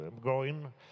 growing